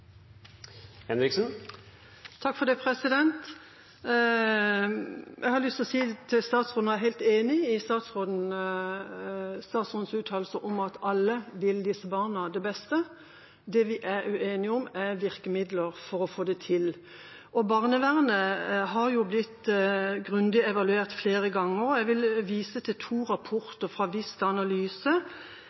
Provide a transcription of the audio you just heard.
enig i hennes uttalelse om at alle vil disse barnas beste. Det vi er uenige om, er virkemidler for å få det til. Barnevernet har jo blitt grundig evaluert flere ganger, og jeg vil vise til to rapporter fra Vista Analyse,